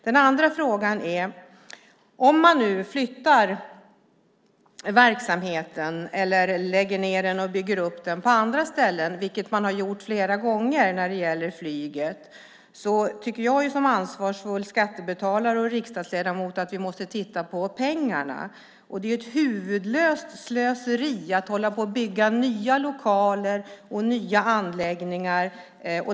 Den andra är: Om man nu flyttar verksamheten eller lägger ned den och bygger upp den på andra ställen, vilket man har gjort flera gånger när det gäller flyget, tycker jag som ansvarsfull skattebetalare och riksdagsledamot att vi måste titta på pengarna. Det är ett huvudlöst slöseri att hålla på och bygga nya lokaler och nya anläggningar.